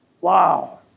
Wow